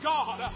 God